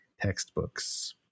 textbooks